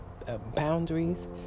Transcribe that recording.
boundaries